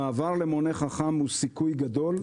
המעבר למונה חכם הוא סיכוי גדול,